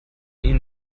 ihnen